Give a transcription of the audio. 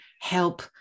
help